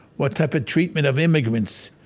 what type of treatment of immigrants?